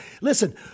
Listen